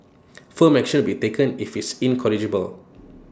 firm action will be taken if he is incorrigible